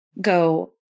go